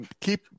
keep